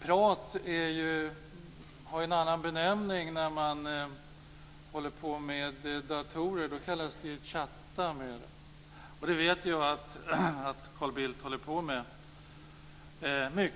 När man sysslar med datorer använder man ju en annan benämning för att prata, nämligen att chatta, och vi vet att Carl Bildt mycket håller på med det.